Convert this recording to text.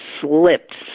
slipped